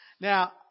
Now